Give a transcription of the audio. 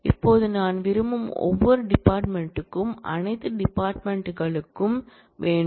இப்போது நான் விரும்பும் ஒவ்வொரு டிபார்ட்மென்ட் க்கும் அனைத்து டிபார்ட்மென்ட் களுக்கும் வேண்டும்